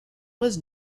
was